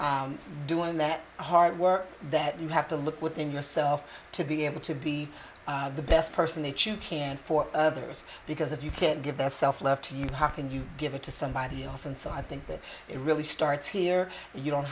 also doing that hard work that you have to look within yourself to be able to be the best person each you can for others because if you can't give their self love to you how can you give it to somebody else and so i think that it really starts here you don't